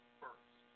first